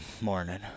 morning